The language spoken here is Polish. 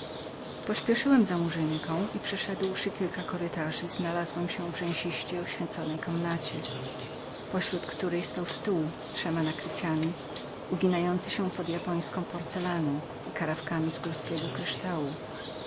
pośpieszyłem za murzynką i przeszedłszy kilka kurytarzy znalazłem się w rzęsisto oświeconej komnacie pośród której stał stół z trzema nakryciami uginający się pod japońską porcelaną i puharami z górnego kryształu